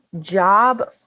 job